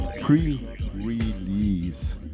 pre-release